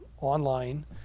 online